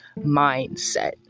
mindset